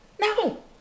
No